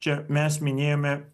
čia mes minėjome